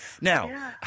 Now